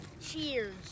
Cheers